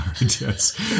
yes